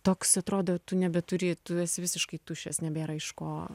toks atrodo tu nebeturi tu esi visiškai tuščias nebėra iš ko